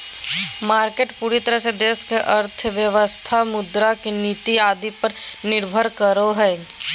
market पूरे तरह से देश की अर्थव्यवस्था मुद्रा के नीति आदि पर निर्भर करो हइ